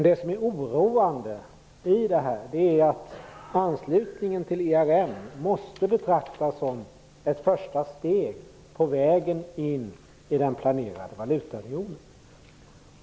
Det som är oroande i detta är att anslutningen till ERM måste betraktas som ett första steg på vägen mot den planerade valutaunionen.